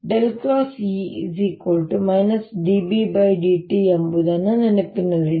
▽× E dBdt ಎಂಬುದನ್ನು ನೆನಪಿನಲ್ಲಿಡಿ